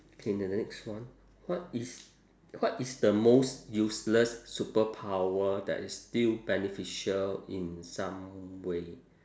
K the next one what is what is the most useless superpower that is still beneficial in some way